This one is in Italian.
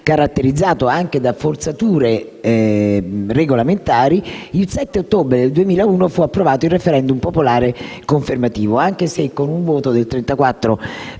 caratterizzato anche da forzature regolamentari, il 7 ottobre del 2001 fu approvato il *referendum* popolare confermativo, anche se con il voto del 34,4